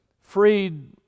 freed